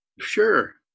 Sure